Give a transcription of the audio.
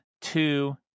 two